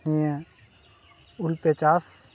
ᱱᱤᱭᱟᱹ ᱩᱞᱯᱮ ᱪᱟᱥ